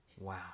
wow